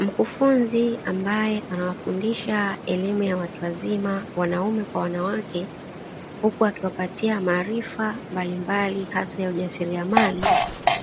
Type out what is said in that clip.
Mkufunzi ambaye anawafundisha elimu ya watu wazima, wanaume kwa wanawake; huku akiwapatia maarifa mbalimbali hasa ya ujasiliamali,